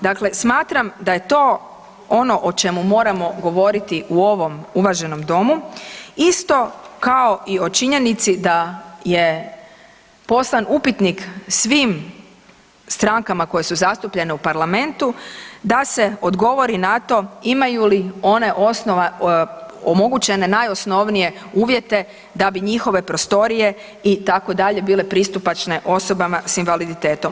Dakle, smatram da je to ono o čemu moramo govoriti u ovom uvaženom domu isto kao i o činjenici da je poslan upitnik svim strankama koje su zastupljene u parlamentu da se odgovori na to imaju li one osnova, omogućene najosnovnije uvjete da bi njihove prostorije itd. bile pristupačne osobama s invaliditetom.